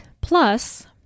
plus